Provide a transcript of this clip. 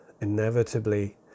inevitably